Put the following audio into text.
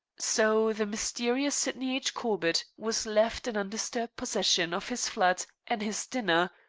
so the mysterious sydney h. corbett was left in undisturbed possession of his flat and his dinner,